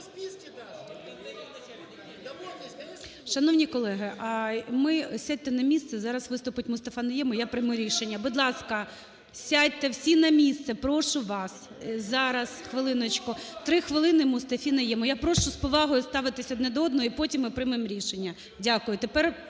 Шановні колеги, ми… Сядьте на місце. Зараз виступить Мустафа Найєм, і я прийму рішення. Будь ласка, сядьте всі на місце, прошу вас! Зараз, хвилиночку. Три хвилини Мустафі Найєму. Я прошу з повагою ставитися одне до одного, і потім ми приймем рішення. Дякую.